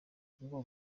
ahubwo